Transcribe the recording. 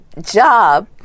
job